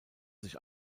sich